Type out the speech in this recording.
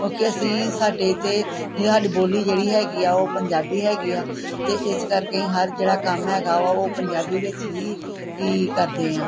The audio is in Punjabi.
ਕਿਉਂਕਿ ਅਸੀਂ ਸਾਡੇ ਇੱਥੇ ਜਿਹੜੀ ਸਾਡੀ ਬੋਲੀ ਜਿਹੜੀ ਹੈਗੀ ਆ ਉਹ ਪੰਜਾਬੀ ਹੈਗੀ ਆ ਅਤੇ ਇਸ ਕਰਕੇ ਹਰ ਜਿਹੜਾ ਕੰਮ ਹੈਗਾ ਵਾ ਉਹ ਪੰਜਾਬੀ ਵਿੱਚ ਹੀ ਹੀ ਕਰਦੇ ਹਾਂ